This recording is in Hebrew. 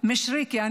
משריקי ------ מישרקי?